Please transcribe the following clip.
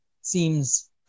seems